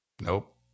Nope